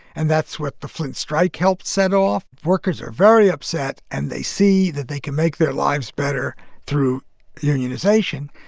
and that's where the flint strike helped set off. workers were very upset, and they see that they can make their lives better through unionization,